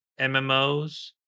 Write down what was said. MMOs